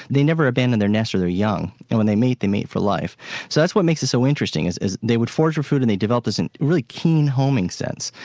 they never abandoned their nests or their young, and when they mate, they mate for life. so that's what makes it so interesting, is is they would forage for food and they developed this and very keen homing sense,